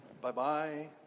Bye-bye